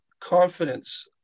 confidence